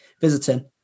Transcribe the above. visiting